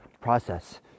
process